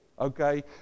okay